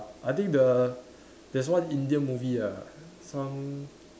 I think the there's one Indian movie ah some